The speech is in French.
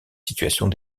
situations